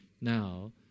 Now